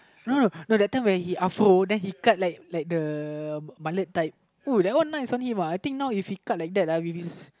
no no no that time when he then he cut like like the type uh that one nice on him I think now if he cut like that with his